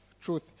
truth